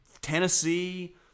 Tennessee